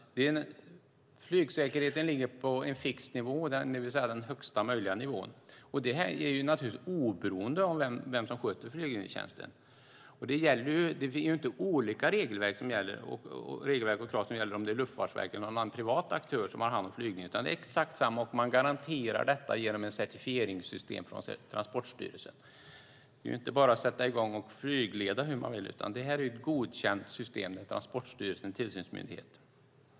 Flygsäkerheten ligger på en fix nivå, det vill säga högsta möjliga nivå, oberoende av vem som sköter flygledningstjänsten. Det är inte olika regelverk och krav som gäller om Luftfartsverket eller någon privat aktör har hand om flygledningstjänsten. Man garanterar detta genom ett certifieringssystem från Transportstyrelsen. Det är inte bara att sätta i gång och flygleda hur man vill, utan det här är ett godkänt system med Transportstyrelsen som tillsynsmyndighet.